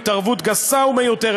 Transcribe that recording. התערבות גסה ומיותרת,